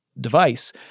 device